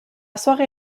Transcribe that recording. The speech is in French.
soirée